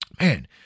man